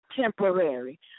temporary